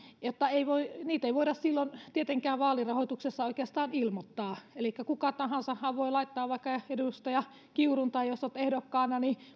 niitä ei voida silloin tietenkään vaalirahoituksessa oikeastaan ilmoittaa elikkä kuka tahansahan voi laittaa vaikka edustaja kiurun jos olet ehdokkaana